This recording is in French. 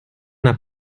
n’a